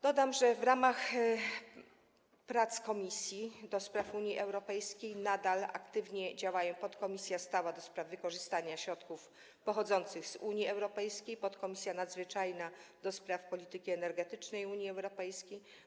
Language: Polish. Dodam, że w ramach Komisji do Spraw Unii Europejskiej nadal aktywnie działają podkomisja stała do spraw wykorzystania środków pochodzących z Unii Europejskiej oraz podkomisja nadzwyczajna do spraw polityki energetycznej Unii Europejskiej.